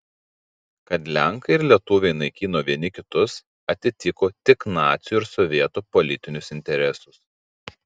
kad lenkai ir lietuviai naikino vieni kitus atitiko tik nacių ir sovietų politinius interesus